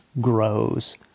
grows